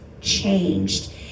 changed